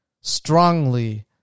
strongly